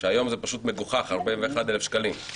שהיום זה פשוט מגוחך 41,000 שקלים.